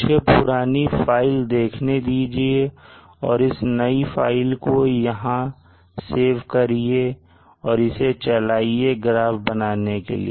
मुझे पुरानी फाइल देखने दीजिए और इस नई फाइल को यहां पर सेव करिए और इसे चलाइए ग्राफ बनाने के लिए